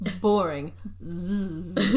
boring